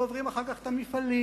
ועוברים אחר כך את המפעלים,